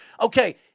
Okay